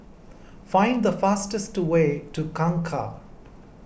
find the fastest way to Kangkar